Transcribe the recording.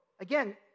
again